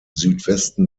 südwesten